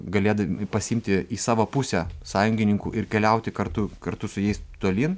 galėda pasiimti į savo pusę sąjungininkų ir keliauti kartu kartu su jais tolyn